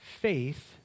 faith